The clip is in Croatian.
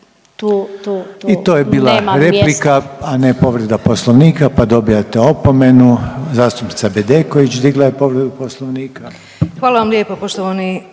I to je bila replika, a ne povreda Poslovnika pa dobijate opomenu. Zastupnica Bedeković digla je povredu Poslovnika. **Bedeković, Vesna